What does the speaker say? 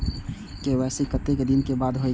KYC कतेक दिन बाद होई छै?